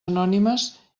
anònimes